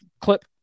clip